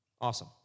Awesome